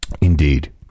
Indeed